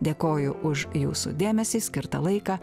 dėkoju už jūsų dėmesį skirtą laiką